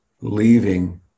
leaving